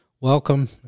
welcome